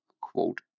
Quote